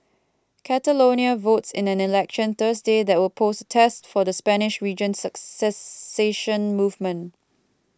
catalonia votes in an election Thursday that will pose a test for the Spanish region's secession movement